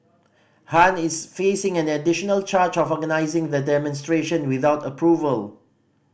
Han is facing an additional charge of organising the demonstration without approval